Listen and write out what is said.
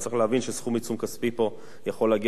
צריך להבין שסכום עיצום כספי פה יכול להגיע